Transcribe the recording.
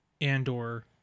Andor